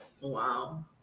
Wow